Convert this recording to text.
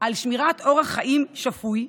על שמירה על אורח חיים שפוי,